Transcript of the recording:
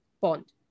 bond